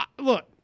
Look